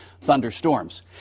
thunderstorms